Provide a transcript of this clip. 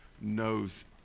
knows